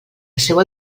seua